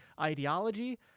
ideology